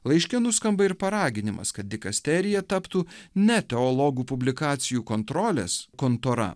laiške nuskamba ir paraginimas kad dikasterija taptų ne teologų publikacijų kontrolės kontora